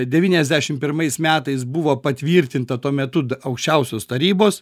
devyniasdešim pirmais metais buvo patvirtinta tuo metu aukščiausios tarybos